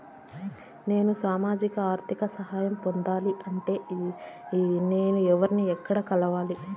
నేను సామాజిక ఆర్థిక సహాయం పొందాలి అంటే నేను ఎవర్ని ఎక్కడ కలవాలి?